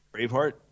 Braveheart